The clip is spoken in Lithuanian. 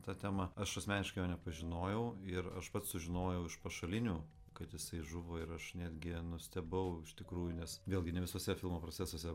tą temą aš asmeniškai jo nepažinojau ir aš pats sužinojau iš pašalinių kad jisai žuvo ir aš netgi nustebau iš tikrųjų nes vėlgi ne visuose filmų procesuose